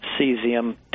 cesium